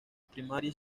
primaria